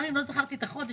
גם אם לא זכרתי את החודש,